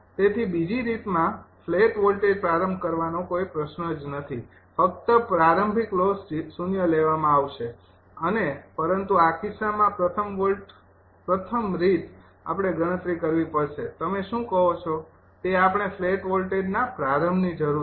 તેથી બીજી રીતમાં ફ્લેટ વોલ્ટેજ પ્રારંભ કરવાનો કોઈ પ્રશ્ન જ નથી ફકત પ્રારંભિક લોસ ૦ લેવા માં આવશે અને પરંતુ આ કિસ્સામાં પ્રથમ વોલ્ટ પ્રથમ રીત આપણે ગણતરી કરવી પડશે તમે શું કહો છો તે આપણે ફ્લેટ વોલ્ટેજના પ્રારંભની જરૂર છે